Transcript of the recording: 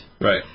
Right